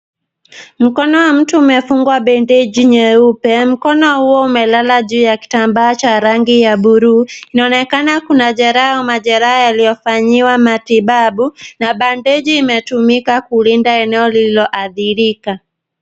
Mkono wa mtu umefungwa bendeji nyeupe. Mkono huo umelala juu ya kitambaa cha rangi ya buluu. Inaonekana kuna jeraha au majeraha yaliyofanyiwa matibabu, na bandeji imetumika kulinda eneo lililoathirika.